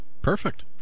Perfect